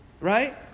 right